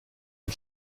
den